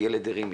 הילד הרים,